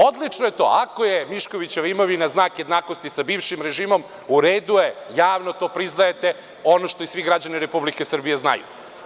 Odlično je to, ako je Miškovićeva imovina znak jednakosti sa bivšim režimom, u redu je, javno to priznajete, ono što i svi građani Republike Srbije znaju.